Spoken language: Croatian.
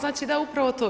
Znači da upravo to.